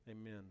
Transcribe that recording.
Amen